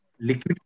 liquid